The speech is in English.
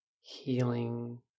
healing